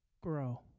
grow